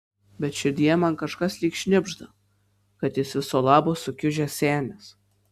bet širdyje man kažkas lyg šnibžda kad jis viso labo sukiužęs senis